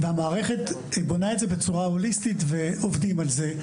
והמערכת בונה את זה בצורה הוליסטית ועובדים על זה,